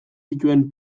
zituen